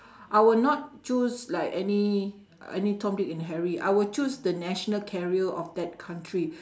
I would not choose like any any Tom Dick and Harry I will choose the national carrier of that country